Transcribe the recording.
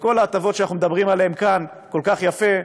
וכל ההטבות שאנחנו מדברים עליהן כאן כל כך יפה,